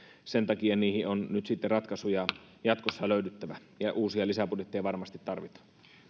sen takia niihin on ratkaisuja jatkossa löydyttävä ja uusia lisäbudjetteja varmasti tarvitaan